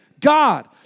God